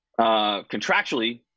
Contractually